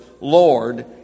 Lord